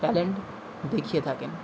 talent দেখিয়ে থাকেন